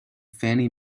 fannie